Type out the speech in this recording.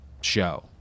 show